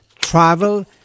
Travel